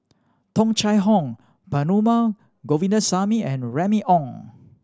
Tung Chye Hong Perumal Govindaswamy and Remy Ong